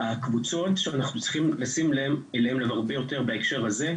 הקבוצות שאנחנו צריכים לשים אליהן לב הרבה יותר בהקשר הזה,